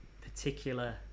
particular